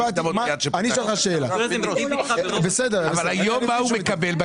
אני שואל אותך שאלה --- אבל היום מה הוא מקבל?